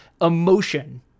emotion